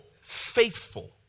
faithful